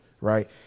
Right